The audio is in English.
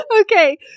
Okay